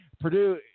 Purdue